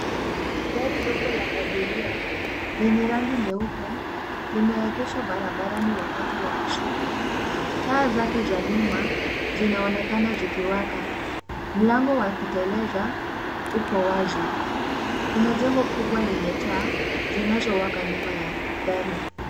Gari dogo la abiria lenye rangi nyeupe limeegeshwa barabarani wakati wa usiku. Taa zake za nyuma zinaonekana zikiwaka. Mlango wa kuteleza upo wazi. Kuna jengo kubwa lenye taa zinazowaka nyuma ya gari.